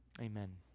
amen